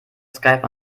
skype